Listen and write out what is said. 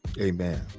Amen